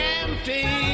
empty